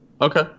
Okay